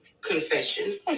confession